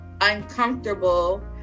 uncomfortable